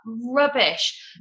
rubbish